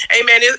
Amen